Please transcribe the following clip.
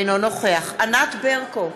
אינו נוכח ענת ברקו,